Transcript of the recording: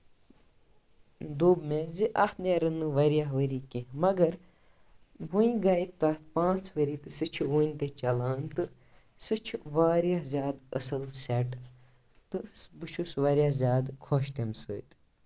دوٚپ مےٚ زِ اَتھ نیرَن نہٕ واریاہ ؤری کیٚنٛہہ مَگر وُنہِ گٔے تَتھ پانٛژھ ؤری تہٕ سُہ چھُ ؤنہِ تہِ چلان تہٕ سُہ چھُ واریاہ زیادٕ اَصٕل سٮ۪ٹ تہٕ بہٕ چھُ واریاہ زیادٕ خۄش تَمہِ سۭتۍ